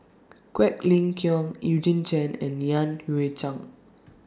Quek Ling Kiong Eugene Chen and Yan Hui Chang